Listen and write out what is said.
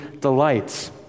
delights